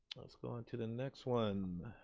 let's go on to the next one.